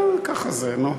ככה זה, נו.